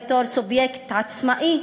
סובייקט עצמאי,